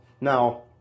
Now